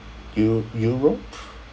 eu~ europe